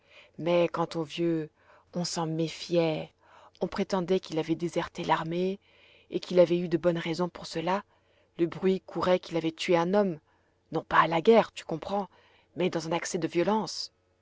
mais quant au vieux on s'en méfiait on prétendait qu'il avait déserté l'armée et qu'il avait eu de bonnes raisons pour cela le bruit courait qu'il avait tué un homme non pas à la guerre tu comprends mais dans un accès de violence